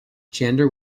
gender